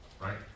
right